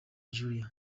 julie